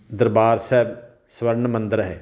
ਦਰਬਾਰ ਸਾਹਿਬ ਸਵਰਨ ਮੰਦਰ ਹੈ